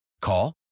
Call